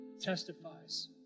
testifies